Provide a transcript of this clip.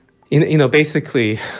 you know you know, basically,